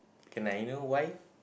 can I know why